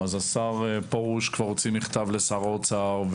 השר פרוש כבר הוציא מכתב לשר האוצר.